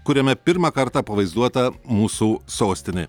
kuriame pirmą kartą pavaizduota mūsų sostinė